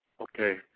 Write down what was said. Okay